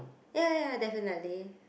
ya ya definitely